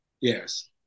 yes